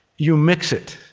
you mix it.